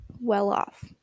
well-off